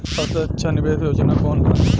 सबसे अच्छा निवेस योजना कोवन बा?